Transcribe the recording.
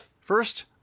First